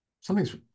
something's